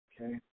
okay